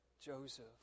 Joseph